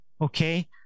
Okay